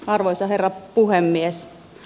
arvoisa herra puhemies